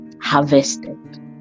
harvested